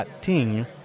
Ting